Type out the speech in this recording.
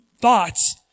thoughts